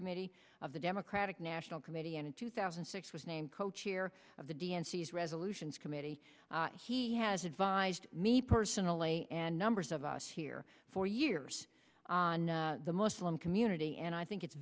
committee of the democratic national committee and in two thousand and six was named co chair of the d n c as resolutions committee he has advised me personally and numbers of us here for years on the muslim community and i think it's